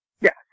Yes